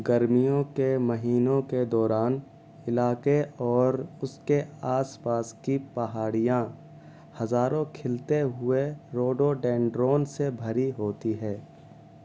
گرمیوں کے مہینوں کے دوران علاقے اور اس کے آس پاس کی پہاڑیاں ہزاروں کھِلتے ہوئے روڈوڈینڈرون سے بھری ہوتی ہے